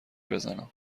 بزنم